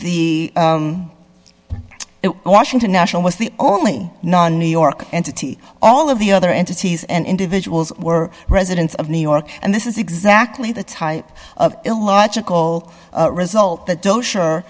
e it washington national was the only non new york city all of the other entities and individuals were residents of new york and this is exactly the type of illogical result that doe sure